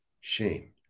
shame